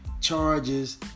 charges